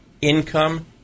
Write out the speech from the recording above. income